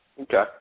Okay